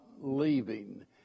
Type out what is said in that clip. leaving